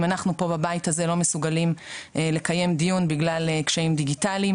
אם אנחנו פה בבית הזה לא מסוגלים לקיים דיון בגלל קשיים דיגיטליים.